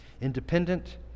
independent